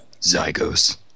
Zygos